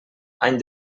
any